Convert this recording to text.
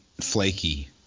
flaky